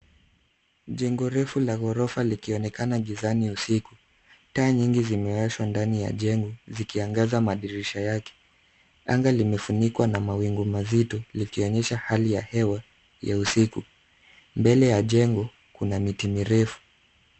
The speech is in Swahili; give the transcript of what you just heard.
Jengo refu la ghorofa likionekana gizani usiku. Taa nyingi zimewashwa ndani ya jengo, zikiangaza madirisha yake. Anga limefunikwa na mawingu mazito, likionyesha hali ya hewa ya usiku. Mbele ya jengo kuna miti mirefu.